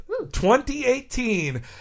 2018